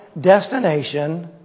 destination